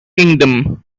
kingdom